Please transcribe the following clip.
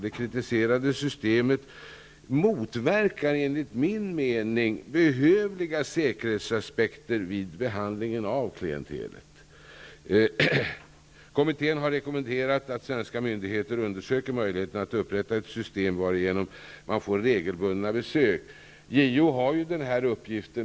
Det kritiserade systemet motverkar, enligt min mening, behövliga säkerhetsaspekter vid behandlingen av klientelet. Kommittén har rekommenderat att svenska myndigheter undersöker möjligheten att upprätta ett system varigenom fångar får regelbundna besök. JO har fått uppgiften.